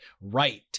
right